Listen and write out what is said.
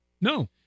No